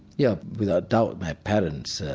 yeah without doubt, my parents